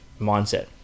mindset